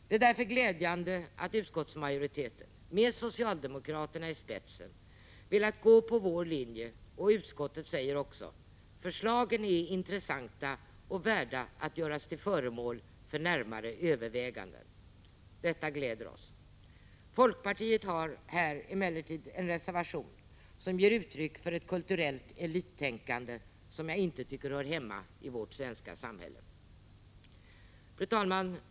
Det är därför glädjande att utskottsmajoriteten, med socialdemokraterna i spetsen, velat gå på vår linje. Utskottet säger att förslagen är intressanta och värda att göras till föremål för närmare överväganden. Detta gläder oss. Folkpartiet har här emellertid en reservation som ger uttryck för ett kulturellt elittänkande som jag inte tycker hör hemma i vårt svenska samhälle. Fru talman!